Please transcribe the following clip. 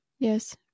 Yes